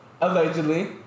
allegedly